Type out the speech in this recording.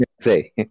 Say